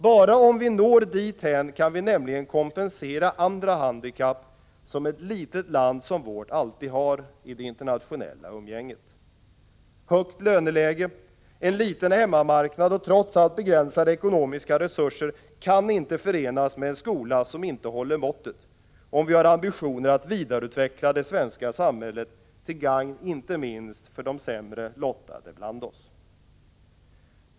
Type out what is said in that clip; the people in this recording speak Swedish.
Bara om vi når dithän kan vi nämligen kompensera andra handikapp som ett litet land som vårt alltid har i det internationella umgänget. Högt löneläge, en liten hemmamarknad och trots allt begränsade ekonomiska resurser kan inte förenas med en skola som inte håller måttet, om vi har ambitioner att vidareutveckla det svenska samhället, till gagn inte minst för de sämre lottade bland oss.